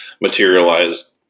materialized